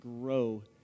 grow